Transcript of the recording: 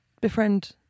befriend